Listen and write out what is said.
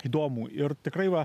įdomų ir tikrai va